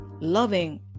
loving